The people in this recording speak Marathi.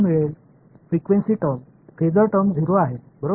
फ्रिक्वेन्सी टर्म्स फेसर टर्म्स 0 आहेत बरोबर